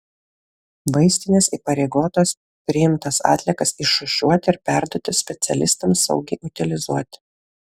vaistinės įpareigotos priimtas atliekas išrūšiuoti ir perduoti specialistams saugiai utilizuoti